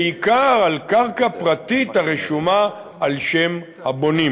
בעיקר על קרקע פרטית הרשומה על שם הבונים.